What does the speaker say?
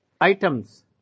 Items